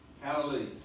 Hallelujah